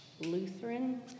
Lutheran